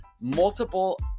multiple